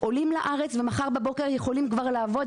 עולים לארץ, ומחר בבוקר יכולים כבר לעבוד.